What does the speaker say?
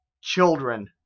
children